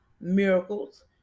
miracles